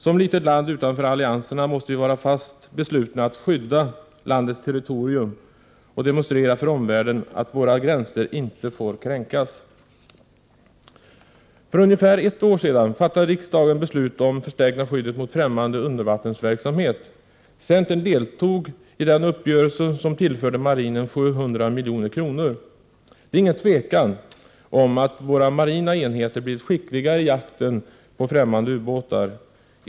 Som litet land utanför allianserna måste vi vara fast beslutna att skydda landets territorium och demonstrera för omvärlden att våra gränser inte får kränkas. För ungefär ett år sedan fattade riksdagen beslut om ”förstärkning av skyddet mot främmande undervattensverksamhet”. Centern deltog i den uppgörelsen, som tillförde marinen 700 milj.kr. Det är inget tvivel om att våra marina enheter blivit skickligare i jakten på främmande ubåtar.